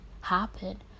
happen